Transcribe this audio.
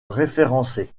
référencé